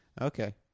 Okay